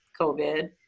COVID